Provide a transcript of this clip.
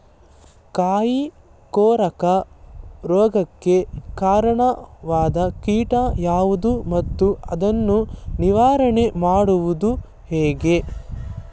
ಕಾಯಿ ಕೊರಕ ರೋಗಕ್ಕೆ ಕಾರಣವಾದ ಕೀಟ ಯಾವುದು ಮತ್ತು ಅದನ್ನು ನಿವಾರಣೆ ಮಾಡುವುದು ಹೇಗೆ?